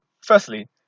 firstly